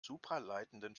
supraleitenden